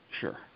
sure